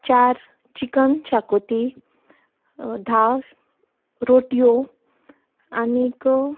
चार चिकन शाकोती धा रोटयो आनीक